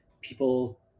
people